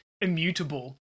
immutable